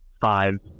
five